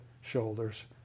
shoulders